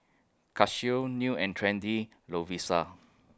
Casio New and Trendy Lovisa